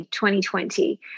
2020